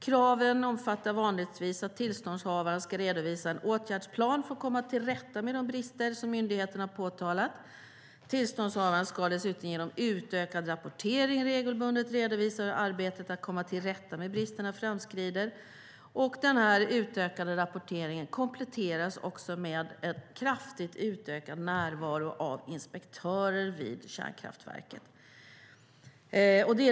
Kraven omfattar vanligtvis att tillståndshavaren ska redovisa en åtgärdsplan för att komma till rätta med de brister som myndigheten har påtalat. Tillståndshavaren ska dessutom genom utökad rapportering regelbundet redovisa hur arbetet med att komma till rätta med bristerna framskrider. Denna utökade rapportering kompletteras också med en kraftigt utökad närvaro av inspektörer vid kärnkraftverket.